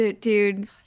dude